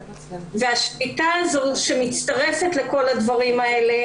והשביתה הזו שמצטרפת לכל הדברים האלה